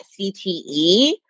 CTE